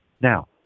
Now